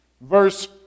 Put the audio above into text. verse